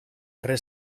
erre